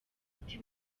umuti